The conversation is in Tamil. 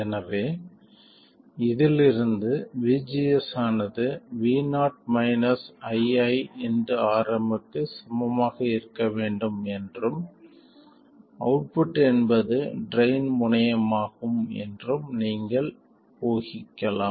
எனவே இதிலிருந்து vgs ஆனது vo iiRm க்கு சமமாக இருக்க வேண்டும் என்றும் அவுட்புட் என்பது ட்ரைன் முனையமாகும் என்றும் நீங்கள் ஊகிக்கலாம்